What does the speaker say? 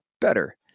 better